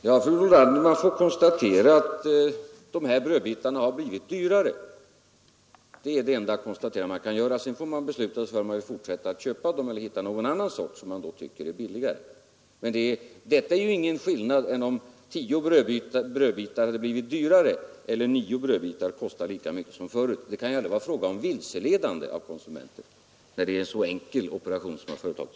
Fru talman! Ja, fru Nordlander, man får konstatera att de brödbitar det gäller här har blivit dyrare. Det är det enda konstaterande man kan göra. Sedan får man besluta sig för om man vill fortsätta att köpa dem eller vill övergå till någon annan sort som man finner vara billigare. Om nio bitar kostar lika mycket som tio kostade förut, så kan det ju inte vara fråga om något vilseledande av konsumenten när en så enkel operation företagits.